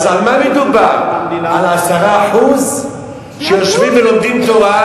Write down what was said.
אז על מה מדובר, על 10% שיושבים ולומדים תורה?